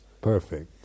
perfect